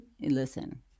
Listen